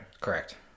Correct